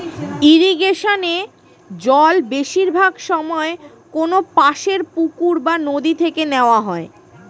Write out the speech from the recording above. ইরিগেশনে জল বেশিরভাগ সময়ে কোনপাশের পুকুর বা নদি থেকে নেওয়া হয়